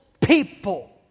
people